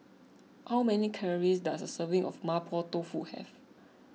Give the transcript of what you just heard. how many calories does a serving of Mapo Tofu have